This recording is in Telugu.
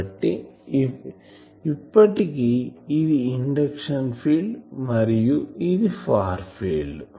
కాబట్టి ఇప్పటికి ఇది ఇండక్షన్ ఫీల్డ్ మరియు ఇది ఫార్ ఫీల్డ్